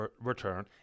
return